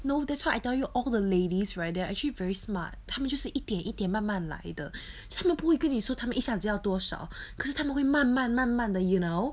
no that's why I tell you all the ladies right they are actually very smart 他们就是一点一点慢慢来的她们不会跟你说他们一下子要多少可是她们会慢慢慢慢的 you know